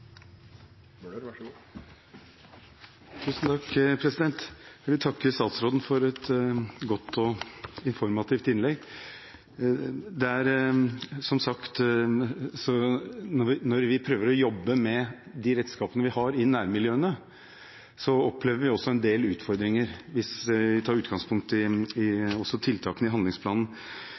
sagt, når vi prøver å jobbe med de redskapene vi har, i nærmiljøene, opplever vi også en del utfordringer, hvis vi tar utgangspunkt i tiltakene i handlingsplanen.